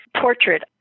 portrait